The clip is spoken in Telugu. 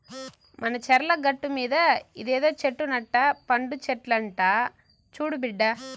మన చర్ల గట్టుమీద ఇదేదో చెట్టు నట్ట పండు చెట్లంట చూడు బిడ్డా